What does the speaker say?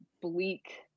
bleak